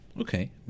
Okay